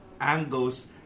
angles